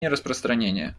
нераспространения